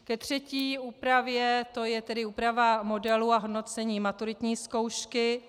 Ke třetí úpravě, tj. úprava modelu a hodnocení maturitní zkoušky.